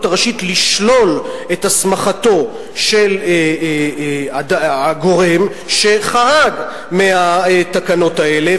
הראשית לשלול את הסמכתו של גורם שחרג מהתקנות האלה,